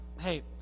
hey